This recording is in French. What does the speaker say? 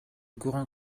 courant